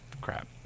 crap